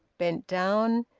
bent down,